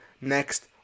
Next